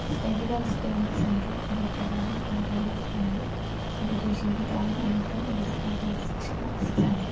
स्थगितवस्तूनि सन्ति ये कदापि न परिवर्तन्ते अपि तु जीविताः अनुकूलः व्यवस्थाश्च सन्ति